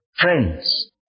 friends